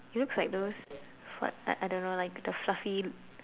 it looks like those what I I don't know like the fluffy